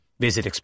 Visit